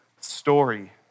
story